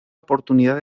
oportunidad